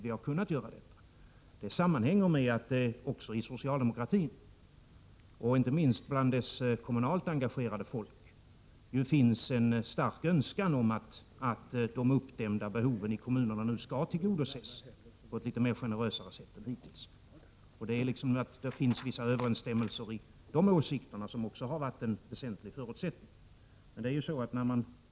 Att vi kunnat göra det sammanhänger med att det också inom socialdemokratin, och inte minst bland dess kommunalt engagerade politiker, finns en stark önskan om att de uppdämda behoven i kommunerna nu skall tillgodoses på ett litet mer generöst sätt än hittills. Dessa överensstämmelser i åsikterna har varit en väsentlig förutsättning för de resultat vi uppnått.